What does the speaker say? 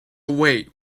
wait